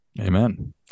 Amen